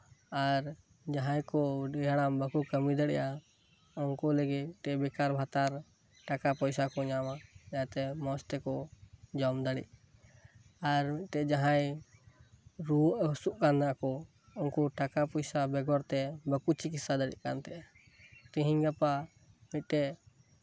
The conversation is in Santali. ᱟᱨ ᱡᱟᱦᱟᱸᱭ ᱠᱚ ᱟᱹᱰᱤ ᱦᱟᱲᱟᱢ ᱵᱟᱠᱚ ᱠᱟᱹᱢᱤ ᱫᱟᱲᱮᱭᱟᱜᱼᱟ ᱩᱱᱠᱩ ᱞᱟᱹᱜᱤᱫ ᱛᱮ ᱵᱮᱠᱟᱨ ᱵᱷᱟᱛᱟ ᱴᱟᱠᱟ ᱯᱚᱭᱥᱟᱠᱚ ᱧᱟᱢᱟ ᱡᱟᱛᱮ ᱢᱚᱸᱡᱽ ᱛᱮᱠᱚ ᱡᱚᱢ ᱫᱟᱲᱮᱜ ᱟᱨ ᱢᱤᱫᱴᱮᱱ ᱡᱟᱦᱟᱸᱭ ᱨᱩᱣᱟᱹᱜ ᱦᱟᱥᱩᱜ ᱠᱟᱱᱟᱠᱚ ᱩᱱᱠᱩ ᱴᱟᱠᱟ ᱯᱚᱭᱥᱟ ᱵᱮᱜᱚᱨ ᱛᱮ ᱵᱟᱠᱚ ᱪᱤᱠᱤᱪᱪᱷᱟ ᱫᱟᱲᱮᱜ ᱠᱟᱱ ᱛᱟᱦᱮᱸᱫᱼᱟ ᱛᱤᱦᱤᱧ ᱜᱟᱯᱟ ᱢᱤᱫᱴᱮᱡ